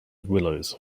willows